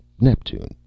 Neptune